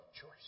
choice